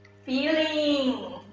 feeling.